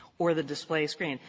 or the display screen.